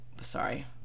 sorry